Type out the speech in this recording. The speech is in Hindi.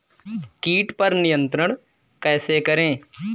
कीट पर नियंत्रण कैसे करें?